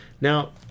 Now